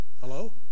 Hello